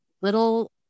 little